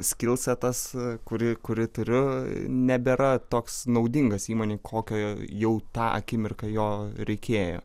skilsetas kurį kurį turiu nebėra toks naudingas įmonei kokio jau tą akimirką jo reikėjo